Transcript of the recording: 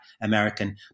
American